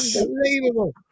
unbelievable